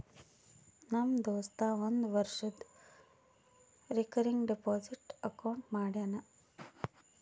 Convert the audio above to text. ನಮ್ ದೋಸ್ತ ಒಂದ್ ವರ್ಷದು ರೇಕರಿಂಗ್ ಡೆಪೋಸಿಟ್ ಅಕೌಂಟ್ ಮಾಡ್ಯಾನ